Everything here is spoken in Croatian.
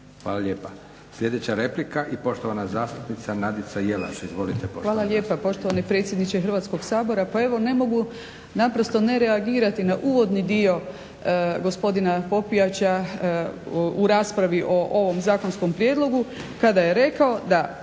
Hvala lijepa. Sljedeća replika i poštovana zastupnica Nadica Jelaš. Izvolite poštovana zastupnice. **Jelaš, Nadica (SDP)** Hvala lijepa poštovani predsjedniče Hrvatskog sabora. Pa evo, ne mogu naprosto ne reagirati na uvodni dio gospodina Popijača u raspravi o ovom zakonskom prijedlogu kada je rekao da